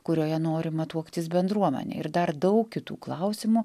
kurioje norima tuoktis bendruomene ir dar daug kitų klausimų